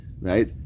Right